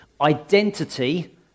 Identity